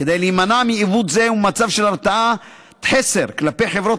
כדי להימנע מעיוות זה וממצב של הרתעת חסר כלפי חברות